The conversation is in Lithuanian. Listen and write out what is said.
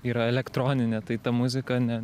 yra elektroninė tai ta muzika ne